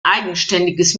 eigenständiges